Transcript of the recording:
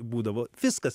būdavo viskas